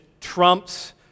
trumps